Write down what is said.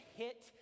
hit